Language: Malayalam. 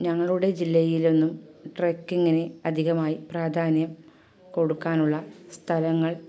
ഞങ്ങളുടെ ജില്ലയിലൊന്നും ട്രക്കിങ്ങിന് അധികമായി പ്രാധാന്യം കൊടുക്കാനുള്ള സ്ഥലങ്ങൾ